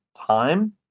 time